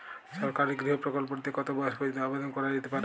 সরকারি গৃহ প্রকল্পটি তে কত বয়স পর্যন্ত আবেদন করা যেতে পারে?